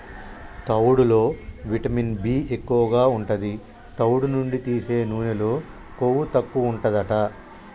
తవుడులో vitamin B ఎక్కువు ఉంటది, తవుడు నుండి తీసే నూనెలో కొవ్వు తక్కువుంటదట